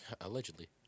Allegedly